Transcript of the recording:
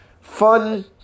fun